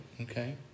okay